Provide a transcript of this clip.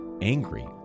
angry